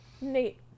Nate